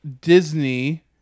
Disney